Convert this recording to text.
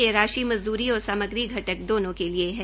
यह राशि मज़दूरी और सामग्री घटक दोनो के लिए है